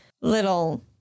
little